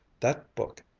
that book,